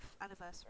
anniversary